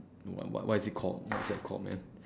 what what what is it called what's that called man